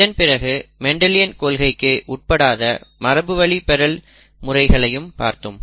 இதன்பிறகு மெண்டலியன் கொள்கைக்கு உட்படாத மரபுவழி பெறல் முறைகளையும் பார்த்தோம்